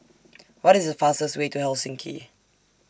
What IS The fastest Way to Helsinki